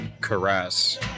caress